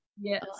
Yes